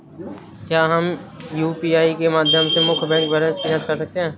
क्या हम यू.पी.आई के माध्यम से मुख्य बैंक बैलेंस की जाँच कर सकते हैं?